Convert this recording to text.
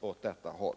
åt detta håll.